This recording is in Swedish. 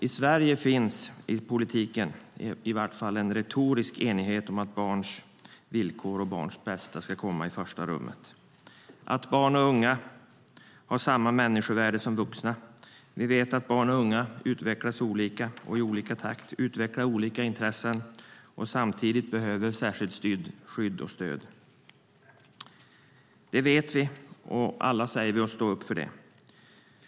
I Sverige finns det i politiken åtminstone en retorisk enighet om att barns villkor och barns bästa ska komma i första rummet och att barn och unga har samma människovärde som vuxna. Vi vet att barn och unga utvecklas olika och i olika takt och utvecklar olika intressen. Samtidigt behöver de särskilt skydd och stöd. Det vet vi, och alla säger vi att vi står upp för det.